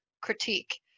critique